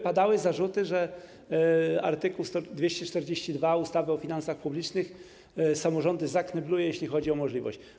Padały zarzuty, że art. 242 ustawy o finansach publicznych samorządy zaknebluje, jeśli chodzi o możliwość.